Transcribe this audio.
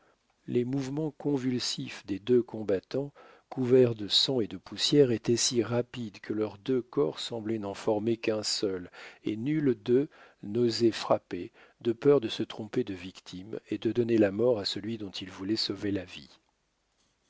les mouvements convulsifs des deux combattants couverts de sang et de poussière étaient si rapides que leurs deux corps semblaient n'en former qu'un seul et nul d'eux n'osait frapper de peur de se tromper de victime et de donner la mort à celui dont il voulait sauver la vie